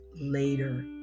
later